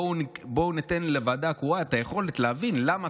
בואו ניתן לוועדה הקרואה את היכולת להבין למה